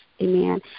amen